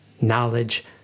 knowledge